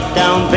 down